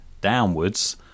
downwards